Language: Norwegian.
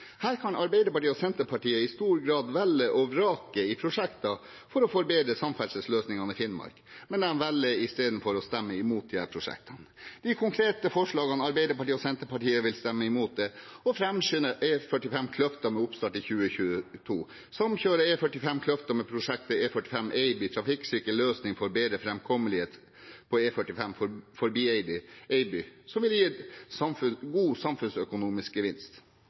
Her kan Arbeiderpartiet og Senterpartiet i stor grad velge og vrake i prosjekter for å forbedre samferdselsløsningene i Finnmark, men de velger istedenfor å stemme imot disse prosjektene. De konkrete forslagene Arbeiderpartiet og Senterpartiet vil stemme imot, er: framskynde E45 Kløfta, med oppstart i 2022 samkjøre E45 Kløfta med prosjektet E45 Eiby, en trafikksikker løsning for bedre framkommelighet på